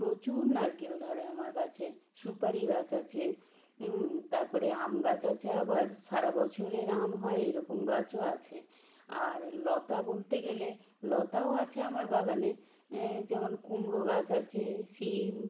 প্রচুর নারকেল ধরে আমার গাছে সুপারি গাছ আছে তার পরে আম গাছ আছে আবার সারা বছরের আম হয় এই রকম গাছও আছে আর লতা বলতে গেলে লতাও আছে আমার বাগানে এ যেমন কুমড়ো গাছ আছে শিম